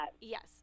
Yes